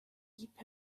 heap